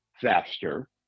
faster